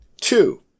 two